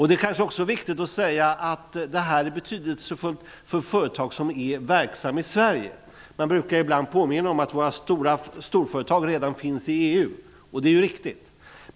Det är kanske också viktigt att säga att detta är betydelsefullt för företag som är verksamma i Sverige. Ibland brukar man påminna om att våra storföretag redan finns i EU. Det är ju riktigt.